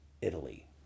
italy